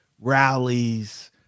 rallies